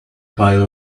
pile